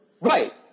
Right